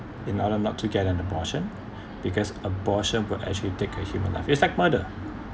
in order not to get an abortion because abortion will actually take a human live it's like mother